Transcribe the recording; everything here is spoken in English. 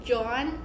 John